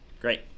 Great